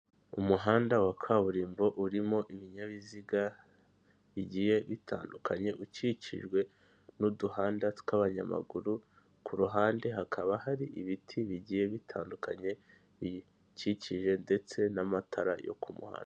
Ishusho igaragaza ibiro biberamo, ibiro biberamo ihererekanya, ibiro birafunguye imbere yabyo hari umuntu usa nuri gusohokamo biseze amabara y'icyapa cyerekana kiri mu mabara y'umuhondo.